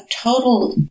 total